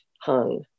hung